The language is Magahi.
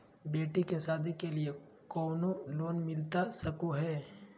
बेटी के सादी के लिए कोनो लोन मिलता सको है?